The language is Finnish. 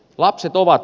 lapset ovat